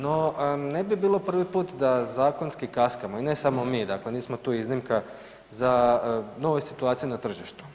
No, ne bi bilo prvi put da zakonski kaskamo i ne samo mi, dakle nismo tu iznimka za nove situacije na tržištu.